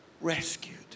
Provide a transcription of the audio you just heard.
rescued